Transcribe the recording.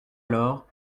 alors